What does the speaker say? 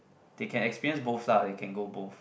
they can experience both lah they can go both